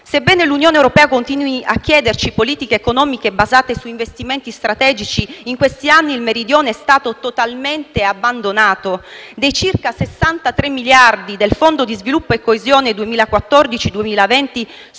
Sebbene l'Unione europea continui a chiederci politiche economiche basate su investimenti strategici, negli ultimi anni il Meridione è stato totalmente abbandonato. Dei circa 63 miliardi del Fondo per lo sviluppo e la coesione 2014-2020, solo